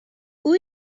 who